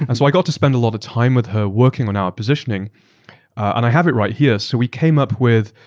and so i got to spend a lot of time with her working on our positioning and i have it right here. so we came up with,